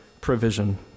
provision